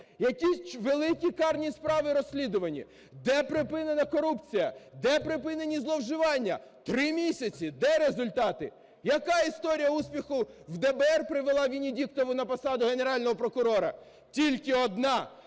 Які великі карні справи розслідувані? Де припинена корупція? Де припинені зловживання? Три місяці! Де результати? Яка історія успіху в ДБР привела Венедіктову на посаду Генерального прокурора? Тільки одна